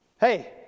Hey